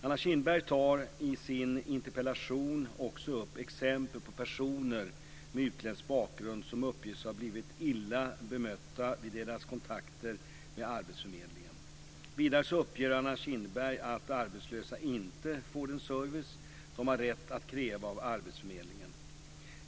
Anna Kinberg tar i sin interpellation också upp exempel på personer med utländsk bakgrund som uppges ha blivit illa bemötta vid sina kontakter med arbetsförmedlingen. Vidare uppger Anna Kinberg att arbetslösa inte får den service de har rätt att kräva av arbetsförmedlingen.